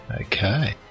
Okay